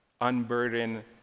unburden